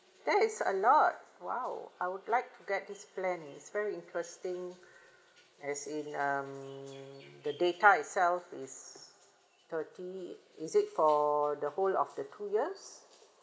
that is a lot !wow! I would like to get this plan it's very interesting as in um the data itself is thirty is it for the whole of the two years